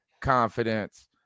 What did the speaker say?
confidence